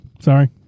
Sorry